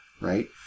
right